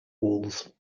walls